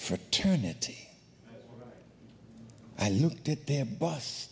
fraternity i looked at their bus